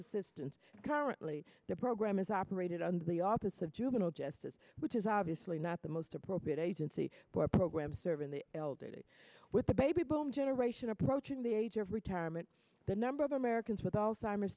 assistance currently the program is operated under the office of juvenile justice which is obviously not the most appropriate agency for a program serving the elderly with the baby boom generation approaching the age of retirement the number of americans with al